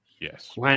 Yes